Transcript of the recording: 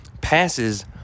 passes